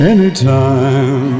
Anytime